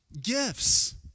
gifts